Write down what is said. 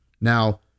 Now